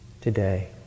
today